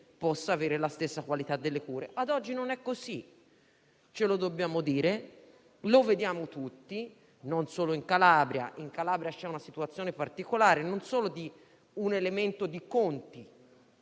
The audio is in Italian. possa avere la stessa qualità delle cure. Ad oggi non è così: ce lo dobbiamo dire. Lo vediamo tutti, e non solo in Calabria, dove però vi è una situazione particolare, relativa non solo a un elemento di conti